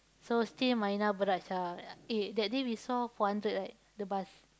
so still Marina-Barrage ah eh that day we saw four hundred right the bus